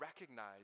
recognize